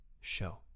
show